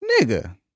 nigga